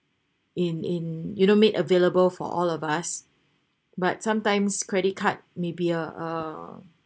in in you know made available for all of us but sometimes credit card maybe a a